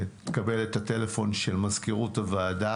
תקבל את הטלפון של מזכירות הוועדה,